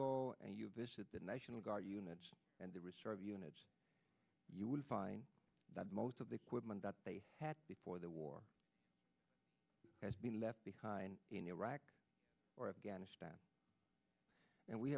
go and you visit the national guard units and the reserve units you will find that most of the equipment that they had before the war has been left behind in iraq or afghanistan and we